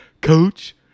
coach